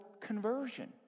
conversion